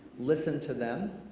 listen to them.